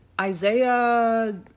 Isaiah